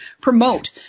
Promote